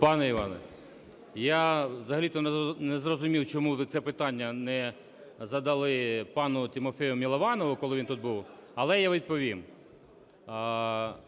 Пане Іване, я взагалі-то не зрозумів, чому ви це питання не задали пану Тимофію Милованову, коли він тут був, але я відповім.